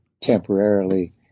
temporarily